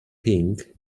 pink